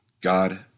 God